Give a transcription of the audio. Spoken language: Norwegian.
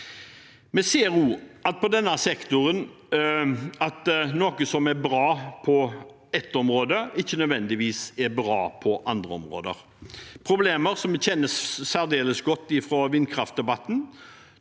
sektoren at noe som er bra på ett område, ikke nødvendigvis er bra på andre områder. Dette er problemer vi kjenner særdeles godt fra vindkraftdebatten,